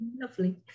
Lovely